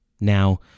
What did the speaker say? Now